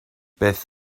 beth